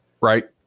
right